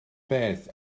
beth